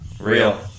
Real